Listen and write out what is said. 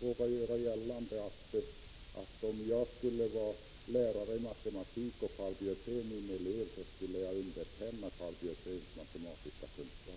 Jag vågar göra gällande att om jag vore lärare i matematik och Karl Björzén min elev, skulle jag underkänna hans matematiska kunskaper.